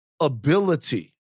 ability